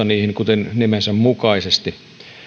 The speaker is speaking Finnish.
niihin harjaannuksen asialla nimensä mukaisesti